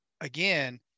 Again